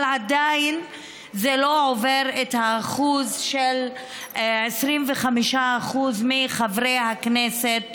אבל עדיין זה לא עובר את השיעור של 25% מחברי הכנסת,